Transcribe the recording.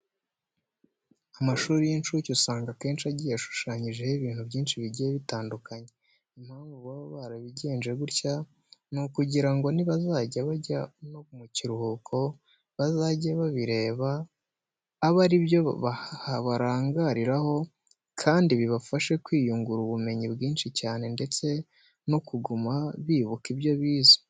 Amashuri y'incuke usanga akenshi agiye ashushanyijeho ibintu byinshi bigiye bitandukanye. Impamvu baba barabigenje batyo ni ukugira ngo nibazajya bajya no mu karuhuko bazajye babireba abe ari byo barangariraho kandi bibafashe kwiyungura ubumenyi bwinshi cyane ndetse no kuguma bibuka ibyo bize.